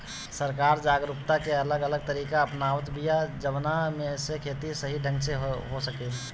सरकार जागरूकता के अलग अलग तरीका अपनावत बिया जवना से खेती सही ढंग से हो सके